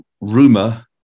rumor